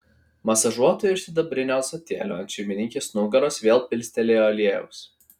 masažuotoja iš sidabrinio ąsotėlio ant šeimininkės nugaros vėl pilstelėjo aliejaus